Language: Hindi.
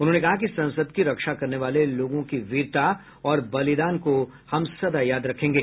उन्होंने कहा कि संसद की रक्षा करने वाले लोगों की वीरता और बलिदान को हम सदा याद रखेंगे